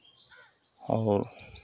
हमलोग